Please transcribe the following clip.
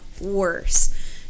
worse